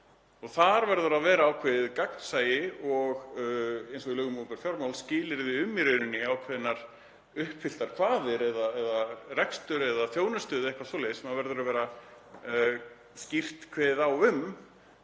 og þar verður að vera ákveðið gagnsæi og, eins og í lögum um opinber fjármál, skilyrði um ákveðnar uppfylltar kvaðir eða rekstur eða þjónustu eða eitthvað svoleiðis, sem verður að vera skýrt kveðið á um.